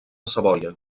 savoia